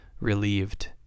relieved